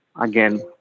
again